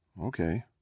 Okay